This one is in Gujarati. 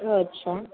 અચ્છા